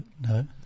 no